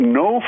no